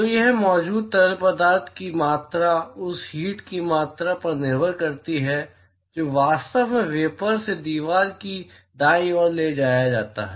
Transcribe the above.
तो यहां मौजूद तरल पदार्थ की मात्रा उस हीट की मात्रा पर निर्भर करती है जो वास्तव में वेपर से दीवार के दाईं ओर ले जाया जाता है